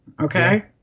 Okay